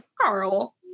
Carl